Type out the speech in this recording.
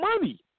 money